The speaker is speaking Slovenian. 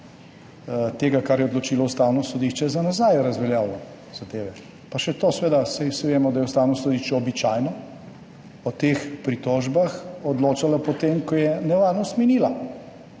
tega, kar je odločilo Ustavno sodišče, za nazaj razveljavilo zadeve. Pa še to seveda, saj vsi vemo, da je Ustavno sodišče običajno o teh pritožbah odločalo potem, ko je nevarnost minila.